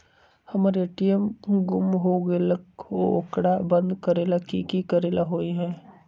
हमर ए.टी.एम गुम हो गेलक ह ओकरा बंद करेला कि कि करेला होई है?